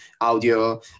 audio